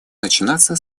начаться